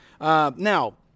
Now